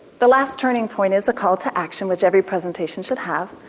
the last turning point is a call to action, which every presentation should have,